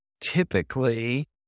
typically